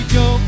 go